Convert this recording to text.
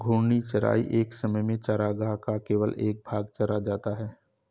घूर्णी चराई एक समय में चरागाह का केवल एक भाग चरा जाता है